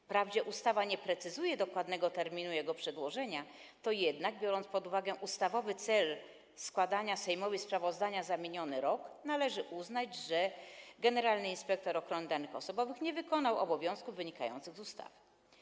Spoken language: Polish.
Wprawdzie ustawa nie precyzuje, nie wskazuje dokładnego terminu jego przedłożenia, to jednak, biorąc pod uwagę ustawowy cel składania Sejmowi sprawozdania za miniony rok, należy uznać, że generalny inspektor ochrony danych osobowych nie wykonał obowiązków wynikających z ustawy.